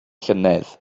llynedd